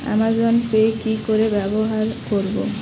Amazon Pay কি করে ব্যবহার করব?